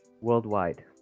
worldwide